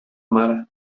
mare